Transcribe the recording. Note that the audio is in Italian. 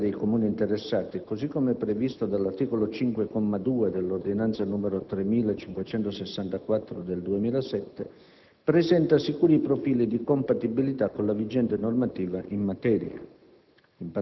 da parte dei Comuni interessati, così come previsto dall'articolo 5, comma 2, dell'ordinanza n. 3564 del 2007, presenta sicuri profili di compatibilità con la vigente normativa in materia.